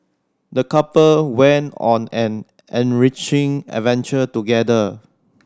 the couple went on an enriching adventure together